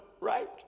right